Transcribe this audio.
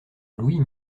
louis